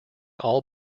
all